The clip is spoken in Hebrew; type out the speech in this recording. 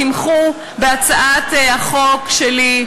תמכו בהצעת החוק שלי,